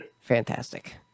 fantastic